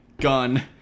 gun